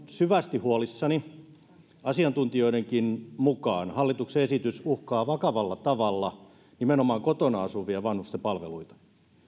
syvästi huolissani asiantuntijoidenkin mukaan hallituksen esitys uhkaa vakavalla tavalla nimenomaan kotona asuvien vanhusten palveluita